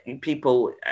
people